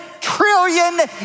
trillion